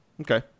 Okay